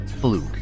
Fluke